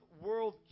world